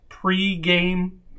Pre-game